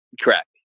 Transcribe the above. Correct